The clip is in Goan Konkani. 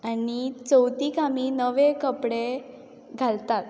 आनी चवथीक आमी नवे कपडे घालतात